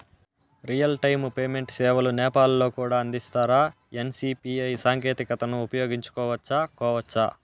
Real time payment సేవలు నేపాల్ లో కూడా అందిస్తారా? ఎన్.సి.పి.ఐ సాంకేతికతను ఉపయోగించుకోవచ్చా కోవచ్చా?